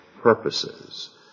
purposes